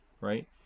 right